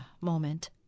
moment